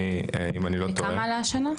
בכמה עלה השנה?